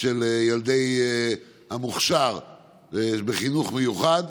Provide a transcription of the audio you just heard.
של ילדי המוכש"ר בחינוך מיוחד,